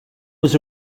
was